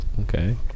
Okay